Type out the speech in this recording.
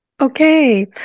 Okay